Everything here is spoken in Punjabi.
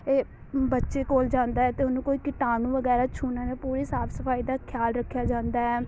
ਇਹ ਬੱਚੇ ਕੋਲ ਜਾਂਦਾ ਤਾਂ ਉਹਨੂੰ ਕੋਈ ਕੀਟਾਣੂ ਵਗੈਰਾ ਛੂਹਣਾ ਨਾ ਪੂਰੀ ਸਾਫ਼ ਸਫਾਈ ਦਾ ਖਿਆਲ ਰੱਖਿਆ ਜਾਂਦਾ ਹੈ